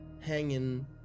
hanging